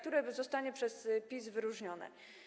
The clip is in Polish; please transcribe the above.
Które zostanie przez PiS wyróżnione?